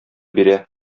бирә